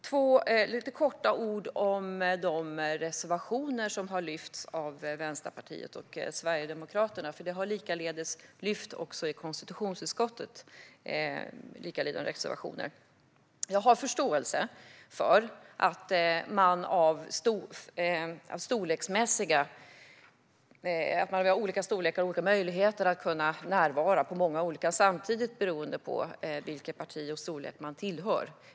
Jag ska säga några ord om de reservationer som har lyfts fram av Vänsterpartiet och Sverigedemokraterna, för det har lyfts fram likalydande reservationer i konstitutionsutskottet. Jag har förståelse för att partierna har olika storlekar och olika möjligheter att närvara på många ställen samtidigt. Det beror på vilket parti det är och vilken storlek det är.